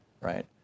right